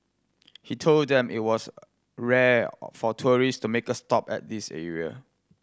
he told them it was rare for tourist to make a stop at this area